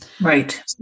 Right